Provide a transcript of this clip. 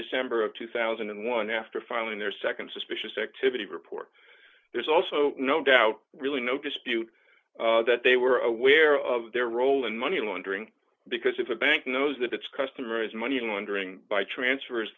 december of two thousand and one after filing their nd suspicious activity report there's also no doubt really notice peut that they were aware of their role in money laundering because if a bank knows that its customers money laundering by transfers